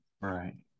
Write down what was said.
Right